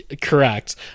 correct